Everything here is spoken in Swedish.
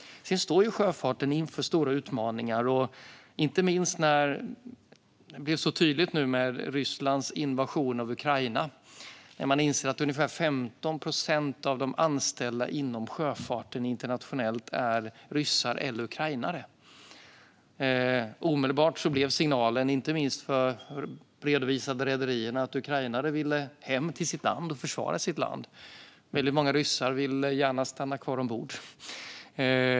Sjöfarten står ju inför stora utmaningar - inte minst blev det tydligt efter Rysslands invasion av Ukraina när man insåg att ungefär 15 procent av de anställda inom sjöfarten internationellt var ryssar eller ukrainare. Omedelbart blev signalen, redovisade rederierna, att ukrainare ville hem till sitt land och försvara sitt land. Väldigt många ryssar ville gärna stanna kvar ombord.